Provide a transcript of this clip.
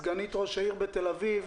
סגנית ראש העיר בתל אביב.